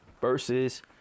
versus